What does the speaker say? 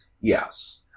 Yes